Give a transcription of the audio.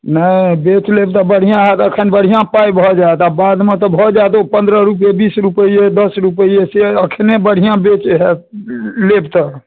नहि बेच लेब तऽ बढ़िआँ होयत अखन बढ़िआँ पाय भऽ जायत आ बादमे तऽ भऽ जायत ओ पंद्रह रुपए बीस रुपए दश रुपए से अखने बढ़िआँ बेच लेब तऽ